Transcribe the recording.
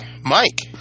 Mike